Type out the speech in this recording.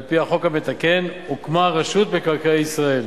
על-פי החוק המתקן הוקמה רשות מקרקעי ישראל